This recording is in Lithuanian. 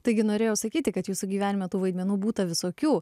taigi norėjau sakyti kad jūsų gyvenime tų vaidmenų būta visokių